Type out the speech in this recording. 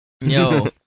Yo